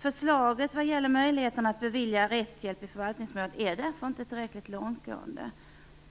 Förslaget vad gäller möjligheterna att bevilja rättshjälp i förvaltningsmål är därför inte tillräckligt långtgående.